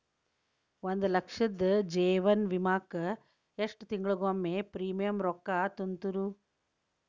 ಒಂದ್ ಲಕ್ಷದ ಜೇವನ ವಿಮಾಕ್ಕ ಎಷ್ಟ ತಿಂಗಳಿಗೊಮ್ಮೆ ಪ್ರೇಮಿಯಂ ರೊಕ್ಕಾ ತುಂತುರು?